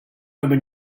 urban